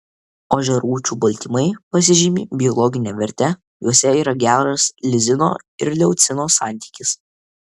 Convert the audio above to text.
ožiarūčių baltymai pasižymi biologine verte juose yra geras lizino ir leucino santykis